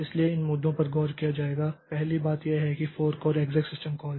इसलिए इन मुद्दों पर गौर किया जाएगा पहली बात यह है कि फोर्क और एक्सेक् सिस्टम कॉल